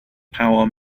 power